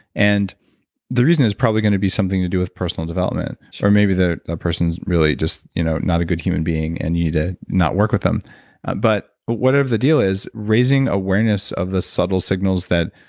and the reason is probably going to be something to do with personal development or maybe the the person is really just you know not a good human being and you need not work with them but whatever the deal is, raising awareness of the subtle signals that.